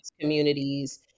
communities